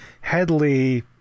Headley